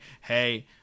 hey